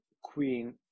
queen